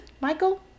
Michael